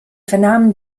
vernahmen